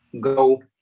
go